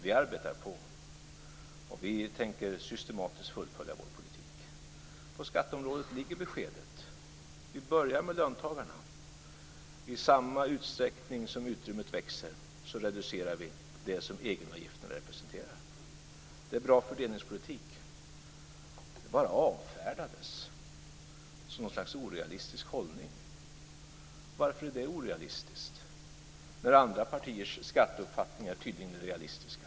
Vi arbetar på, och vi tänker systematiskt fullfölja vår politik. På skatteområdet ligger beskedet. Vi börjar med löntagarna. I samma utsträckning som utrymmet växer reducerar vi det som egenavgiften representerar. Det är bra fördelningspolitik. Det bara avfärdades som något slags orealistisk hållning. Varför är det orealistiskt, när andra partiers skatteuppfattningar tydligen är realistiska?